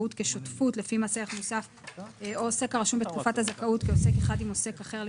הצבעה סעיף 5 או שר סעיף 5 אושר.